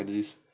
cantonese